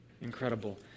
incredible